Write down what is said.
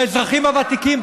לאזרחים הוותיקים,